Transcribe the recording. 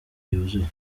yuzuye